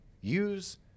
use